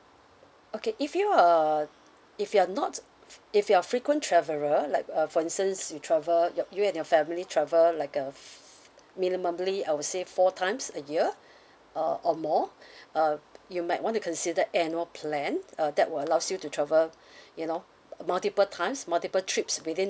okay if you uh if you are not f~ if you are frequent traveler like uh for instance you travel your you and your family travel like uh f~ f~ minimumly I would say four times a year uh or more uh you might want to consider annual plan uh that will allows you to travel you know m~ multiple times multiple trips within